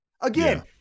again